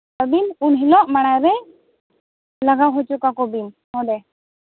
ᱟᱹᱵᱤᱱ ᱩᱱ ᱦᱤᱞᱳᱜ ᱢᱟᱲᱟᱝ ᱨᱮ ᱞᱟᱜᱟᱣ ᱦᱚᱪᱚ ᱠᱟᱠᱚ ᱵᱤᱱ ᱱᱚᱸᱰᱮ